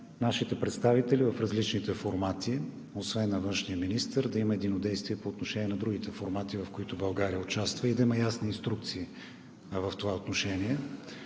нашите представители в различните формати – освен на външния министър, да има единодействие по отношение на другите формати, в които България участва, и да има ясни инструкции в това отношение.